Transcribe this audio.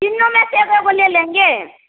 तीनों में से एगो एगो ले लेंगे